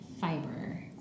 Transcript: fiber